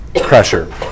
pressure